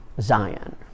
Zion